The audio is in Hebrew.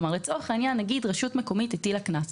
נניח שרשות מקומית הטילה קנס,